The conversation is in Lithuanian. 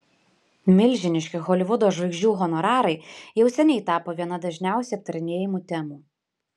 milžiniški holivudo žvaigždžių honorarai jau seniai tapo viena dažniausiai aptarinėjamų temų